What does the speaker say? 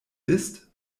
ist